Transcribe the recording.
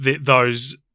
those-